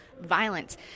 violence